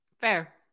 Fair